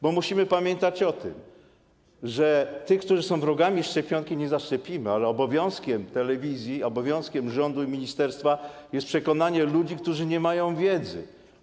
Bo musimy pamiętać, że tych, którzy są wrogami szczepionki, nie zaszczepimy, ale obowiązkiem telewizji, obowiązkiem rządu i ministerstwa jest przekonanie ludzi, którzy nie mają wiedzy.